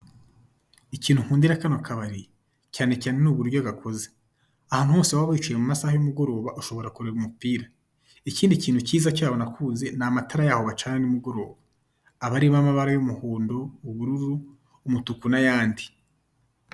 Ikintu nkundira kabari cyanecyane ni uburyo gakoze ahantu hose waba wicaye mu masaha y'umugoroba ushobora kureba umupira ikindi kintu kiza cyaho nakunze ni amatara yaho bacana nimugoroba aba arimo amabara y'umuhondo ubururu , umutuku n'ayandi.